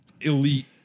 elite